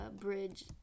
bridge